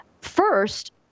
First